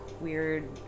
weird